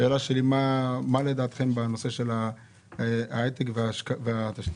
השאלה שלי מה לדעתכם בנושא של ההייטק והתשתיות?